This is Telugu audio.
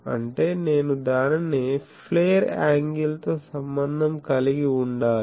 అంటే నేను దానిని ప్లేర్ ఆంగిల్ తో సంబంధం కలిగి ఉండాలి